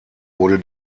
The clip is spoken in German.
wurde